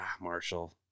Marshall